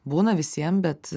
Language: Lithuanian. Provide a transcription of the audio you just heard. būna visiem bet